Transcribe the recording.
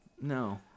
No